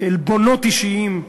עלבונות אישיים,